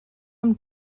amb